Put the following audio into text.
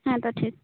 ᱦᱮᱸ ᱛᱳ ᱴᱷᱤᱠ